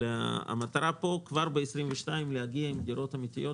המטרה פה כבר ב-22 להגיע עם דירות אמיתיות